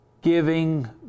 giving